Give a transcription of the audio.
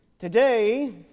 Today